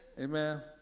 amen